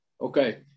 Okay